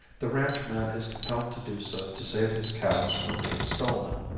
the ranchman is compelled to do so to save his calves from being stolen.